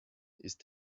ist